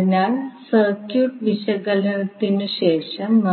AC സർക്യൂട്ടുകൾ വിശകലനം ചെയ്യാൻ